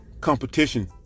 competition